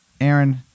Aaron